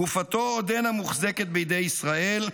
גופתו עודנה מוחזקת בידי ישראל,